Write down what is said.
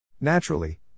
Naturally